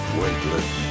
weightless